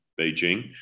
beijing